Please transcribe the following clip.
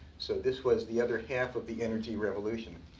so this was the other half of the energy revolution.